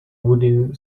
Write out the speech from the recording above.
woodbine